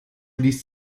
ließ